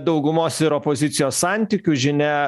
daugumos ir opozicijos santykių žinia